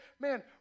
man